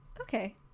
okay